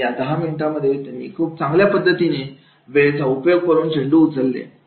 आणि या 10 मिनिटांमध्ये त्यांनी खूप चांगल्या पद्धतीने वेळेचा उपयोग करून चेंडू उचलले